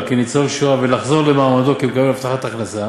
כניצול שואה ולחזור למעמדו כמקבל הבטחת הכנסה,